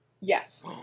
Yes